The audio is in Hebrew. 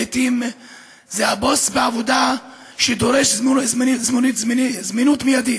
לעיתים זה הבוס בעבודה שדורש זמינות מיידית.